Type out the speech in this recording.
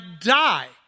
die